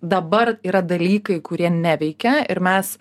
dabar yra dalykai kurie neveikia ir mes